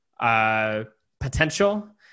potential